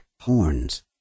horns